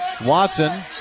Watson